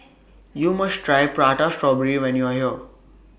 YOU must Try Prata Strawberry when YOU Are here